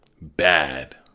Bad